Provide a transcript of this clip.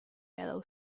yellow